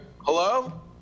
Hello